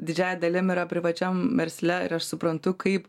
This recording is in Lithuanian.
didžiąja dalim yra privačiam versle ir aš suprantu kaip